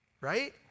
right